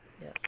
Yes